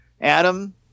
Adam